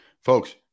folks